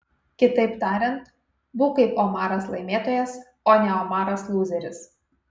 kitaip tariant būk kaip omaras laimėtojas o ne omaras lūzeris